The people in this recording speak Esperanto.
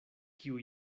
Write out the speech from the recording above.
kiu